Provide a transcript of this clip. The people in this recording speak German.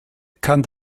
kann